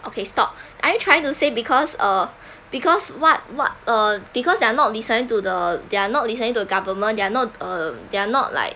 okay stop are you trying to say because uh because what what uh because they're not listen to the they're not listening to government they're not uh they're not like